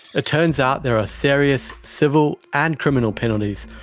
ah turns out there are serious civil and criminal penalties,